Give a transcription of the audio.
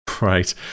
Right